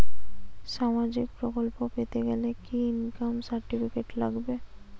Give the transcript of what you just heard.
সামাজীক প্রকল্প পেতে গেলে কি ইনকাম সার্টিফিকেট লাগবে?